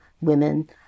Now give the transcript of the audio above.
women